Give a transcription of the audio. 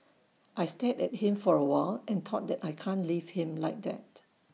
I stared at him for A while and thought that I can't leave him like that